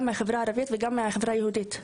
גם מהחברה הערבית וגם מהחברה היהודית.